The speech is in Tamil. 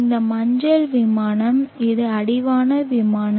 இந்த மஞ்சள் விமானம் இது அடிவான விமானம்